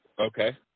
Okay